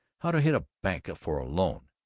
how to hit a bank for a loan,